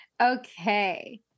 Okay